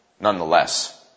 nonetheless